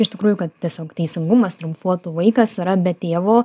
iš tikrųjų kad tiesiog teisingumas triumfuotų vaikas yra be tėvo